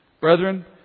Brethren